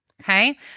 Okay